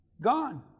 Gone